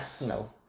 No